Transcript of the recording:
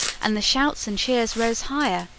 and the shouts and cheers rose higher.